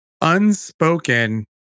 unspoken